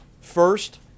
First